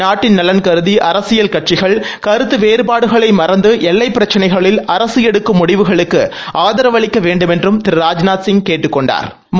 நாட்டின் நலன் கருதி அரசியல் கட்சிகள் கருத்து வேறபாடுகளை மறந்து எல்லைப் பிரச்சினைகளில் அரச எடுக்கும் முடிவுக்களுக்கு ஆதரவு அளிக்க வேண்டுமென்று திரு ராஜ்நாத்சிங் கேட்டுக் கொண்டாா்